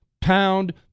Pound